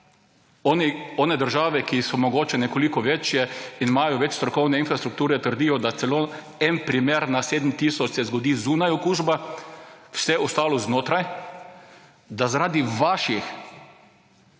onih držav, ki so mogoče nekoliko večje, imajo več strokovne infrastrukture, trdijo, da se celo en primer na sedem tisoč zgodi zunaj, okužba, vse ostalo znotraj. Zaradi vaših